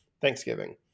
Thanksgiving